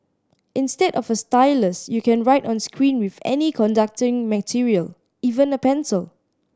instead of a stylus you can write on screen with any conducting material even a pencil